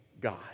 god